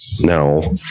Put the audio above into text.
No